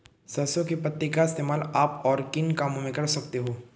सरसों के पत्तों का इस्तेमाल आप और किन कामों में कर सकते हो?